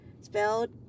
spelled